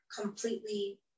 completely